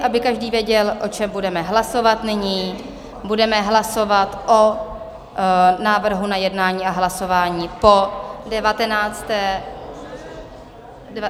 Aby každý věděl, o čem budeme hlasovat: nyní budeme hlasovat o návrhu na jednání a hlasování po 19. hodině.